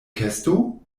kesto